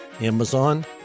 Amazon